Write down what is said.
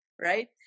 right